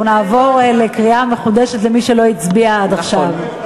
אנחנו נעבור לקריאה מחודשת למי שלא הצביע עד עכשיו.